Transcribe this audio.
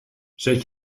zet